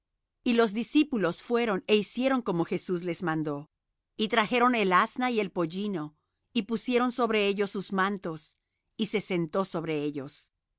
y los discípulos fueron é hicieron como jesús les mandó y trajeron el asna y el pollino y pusieron sobre ellos sus mantos y se sentó sobre ellos